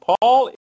Paul